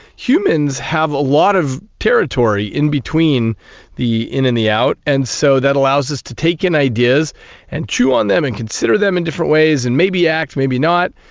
humans have a lot of territory in between the in and the out, and so that allows us to take in ideas and chew on them and consider them in different ways and maybe act, maybe not,